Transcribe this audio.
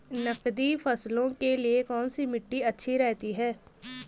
नकदी फसलों के लिए कौन सी मिट्टी अच्छी रहती है?